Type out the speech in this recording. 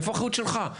איפה האחריות שלך?